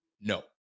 No